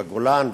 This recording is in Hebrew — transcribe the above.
בגולן,